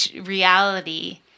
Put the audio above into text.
reality